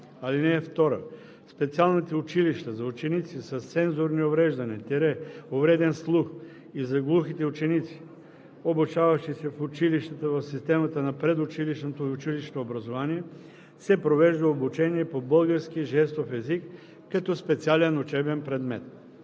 език. (2) В специалните училища за ученици със сензорни увреждания – увреден слух, и за глухите ученици, обучаващи се в училищата в системата на предучилищното и училищното образование, се провежда обучение по български жестов език като специален учебен предмет.